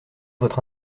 votre